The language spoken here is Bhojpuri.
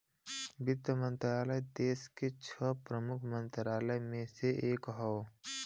वित्त मंत्रालय देस के छह प्रमुख मंत्रालय में से एक हौ